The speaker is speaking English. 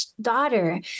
daughter